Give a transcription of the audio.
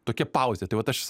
tokia pauzė tai vat aš